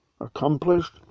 accomplished